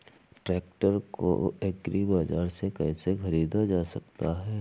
Tractor को agri बाजार से कैसे ख़रीदा जा सकता हैं?